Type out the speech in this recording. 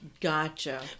Gotcha